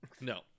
No